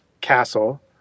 castle